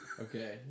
Okay